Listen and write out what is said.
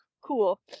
Cool